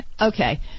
Okay